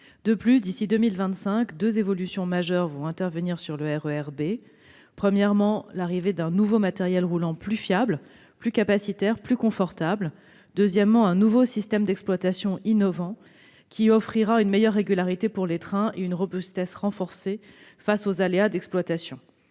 De plus, d'ici à 2025, deux évolutions majeures vont intervenir sur le RER B. La première, c'est l'arrivée d'un nouveau matériel roulant plus fiable, plus capacitaire et plus confortable. La seconde, c'est la mise en place d'un nouveau système d'exploitation innovant offrant une meilleure régularité pour les trains et une robustesse renforcée face aux aléas d'exploitation.